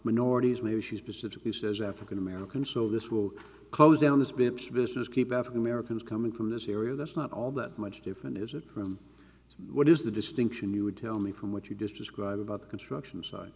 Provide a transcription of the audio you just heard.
minorities we are issues specifically says african american so this will close down this bitch business keep african americans coming through this area that's not all that much different is it from what is the distinction you would tell me from what you just described about the construction